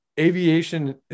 aviation